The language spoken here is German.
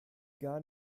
gar